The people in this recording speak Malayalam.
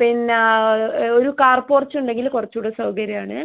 പിന്നെ ഒരു കാർ പോർച്ച് ഉണ്ടെങ്കിൽ കുറച്ച് കൂടെ സൗകര്യം ആണ്